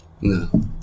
No